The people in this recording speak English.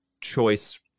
choice